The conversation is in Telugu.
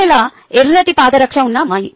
సిండ్రెల్లా ఎర్రటి పాదరక్ష ఉన్న అమ్మాయి